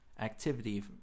Activity